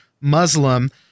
Muslim